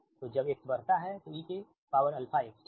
तो जब x बढ़ता है तो eαx ठीक